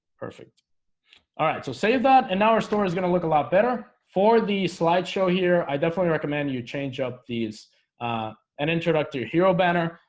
perfect alright, so save that and now our store is gonna look a lot better for the slideshow here. i definitely recommend you change up these an introductory hero banner,